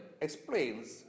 explains